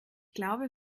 glaube